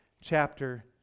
Chapter